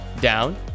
down